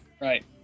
Right